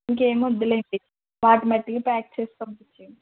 ఇంకేం వద్దులేండి వాటి మట్టికి ప్యాక్ చేసి పంపించేయండి